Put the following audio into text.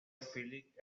phillip